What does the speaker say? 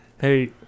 Hey